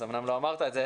אז אמנם לא אמרת את זה,